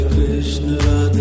Krishna